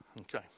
Okay